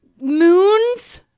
Moons